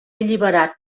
alliberat